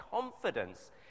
confidence